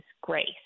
grace